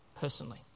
personally